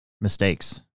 mistakes